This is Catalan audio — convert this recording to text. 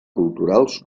culturals